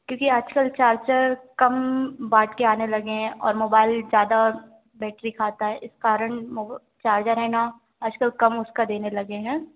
क्योंकि आजकल चार्जर कम बाटकर आने लगे हैं और मोबाइल ज़्यादा बैट्री खाता है इस कारण चार्जर है ना आजकल कम उसका देने लगे हैं